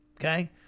Okay